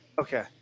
Okay